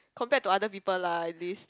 compared to other people lah at least